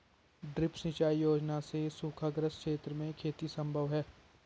drip सिंचाई योजना से सूखाग्रस्त क्षेत्र में खेती सम्भव है